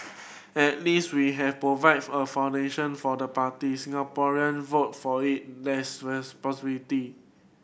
at least we have provided a foundation for the parties Singaporean voted for it there's possibility